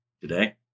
today